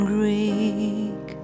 Greek